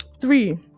Three